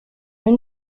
une